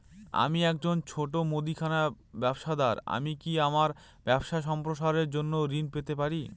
আমি একজন ছোট মুদিখানা ব্যবসাদার আমি কি আমার ব্যবসা সম্প্রসারণের জন্য ঋণ পেতে পারি?